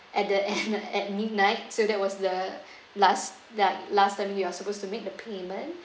at the end at midnight so that was the last uh last time you are supposed to make the payment